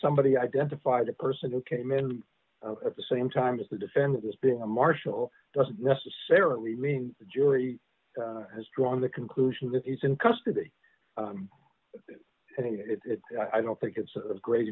somebody identified a person who came in at the same time as the defendant as being a marshal doesn't necessarily mean the jury has drawn the conclusion that he's in custody i think it i don't think it's of great